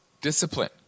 discipline